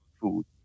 food